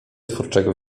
twórczego